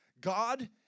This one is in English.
God